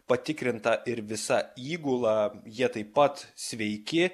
patikrinta ir visa įgula jie taip pat sveiki